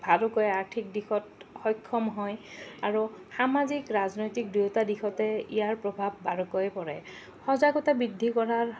বাৰুকৈ আৰ্থিক দিশত সক্ষম হয় আৰু সামাজিক ৰাজনৈতিক দুয়োটা দিশতে ইয়াৰ প্ৰভাৱ বাৰকৈয়ে পৰে সজাগতা বৃদ্ধি কৰাৰ